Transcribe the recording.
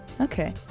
Okay